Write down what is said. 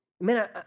man